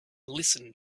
listen